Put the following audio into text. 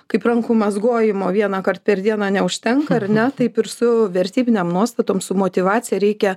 kaip rankų mazgojimo vienąkart per dieną neužtenka ar ne taip ir su vertybinėm nuostatom su motyvacija reikia